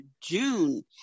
June